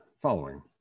following